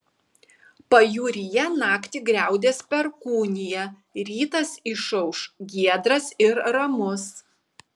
pajūryje naktį griaudės perkūnija rytas išauš giedras ir ramus